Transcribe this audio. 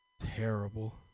terrible